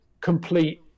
complete